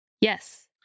yes